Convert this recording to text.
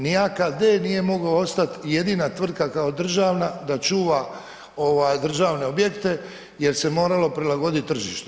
Ni AKD nije mogao ostati jedina tvrtka kao državna da čuva državne objekte jer se moralo prilagoditi tržištu.